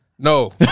No